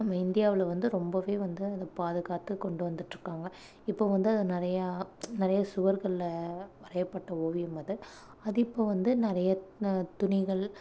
நம்ம இந்தியாவில் வந்து ரொம்பவே வந்து அதைப் பாதுகாத்துக் கொண்டு வந்துகிட்டு இருக்காங்க இப்போ வந்து அது நிறையா நிறையா சுவர்களில் வரையப்பட்ட ஓவியம் அது அது இப்போ வந்து நிறைய துணிகள்